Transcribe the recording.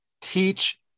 teach